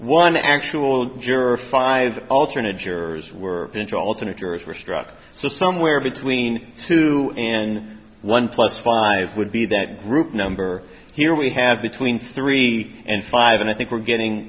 one actually juror five alternate jurors were going to alternate jurors were struck so somewhere between two and one plus five would be that group number here we have between three and five and i think we're getting